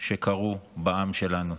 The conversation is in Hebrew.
שקרו בעם שלנו.